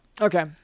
Okay